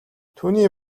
түүний